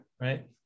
Right